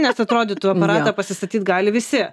nes atrodytų aparatą pasistatyt gali visi